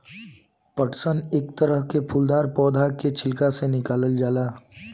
पटसन एक तरह के फूलदार पौधा के छिलका से निकालल जाला